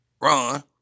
Ron